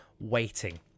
waiting